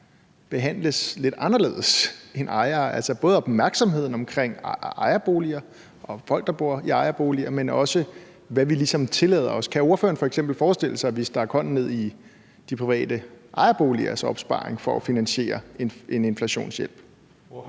behandles lidt anderledes end ejere, altså både når det drejer sig om opmærksomheden omkring ejerboliger og folk, der bor i ejerboliger, men også hvad vi ligesom tillader os? Kan ordføreren f.eks. forestille sig, at vi stak hånden ned i de private ejerboligers opsparing for at finansiere en inflationshjælp?